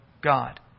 God